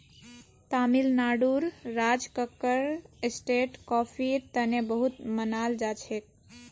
तमिलनाडुर राज कक्कर स्टेट कॉफीर तने बहुत मनाल जाछेक